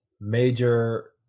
major